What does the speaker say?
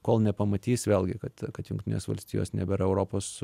kol nepamatys vėlgi kad kad jungtinės valstijos nebėra europos